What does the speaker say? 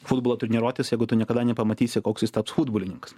futbolo treniruotes jeigu tu niekada nepamatysi koks jis taps futbolininkas